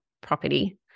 property